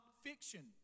fiction